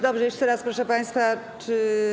Dobrze, jeszcze raz, proszę państwa.